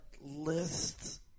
lists